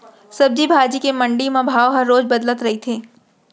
सब्जी भाजी के मंडी म भाव ह रोज बदलत रहिथे